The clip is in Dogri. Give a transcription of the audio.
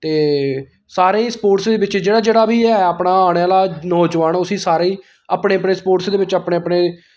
ते सारें गी स्पोर्टस बिच्च जेह्ड़ा जेह्ड़ा बी एह् अपना आने आह्ला नौजवान उसी सारें गी अपने अपने स्पोर्टस दे बिच्च अपने अपने